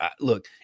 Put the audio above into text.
look